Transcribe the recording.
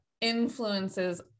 influences